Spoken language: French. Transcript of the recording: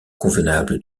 convenable